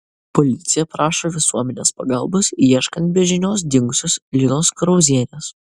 policija prašo visuomenės pagalbos ieškant be žinios dingusios linos krauzienės